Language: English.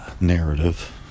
narrative